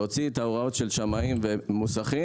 להוציא את ההוראות של שמאים ומוסכים.